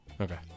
Okay